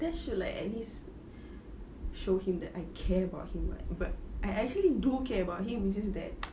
that should like at least show him that I care about him what but I actually do care about him is just that